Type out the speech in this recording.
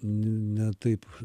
ne taip